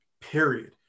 period